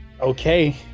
okay